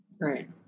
Right